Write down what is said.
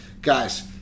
guys